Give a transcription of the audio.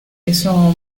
eso